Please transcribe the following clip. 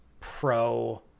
pro